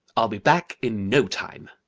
i'll be back in no time.